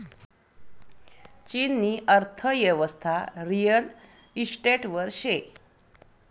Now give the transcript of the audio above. चीननी अर्थयेवस्था रिअल इशटेटवर शे